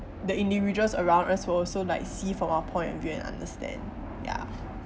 the individuals around us will also like see from our point of view and understand ya